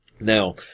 Now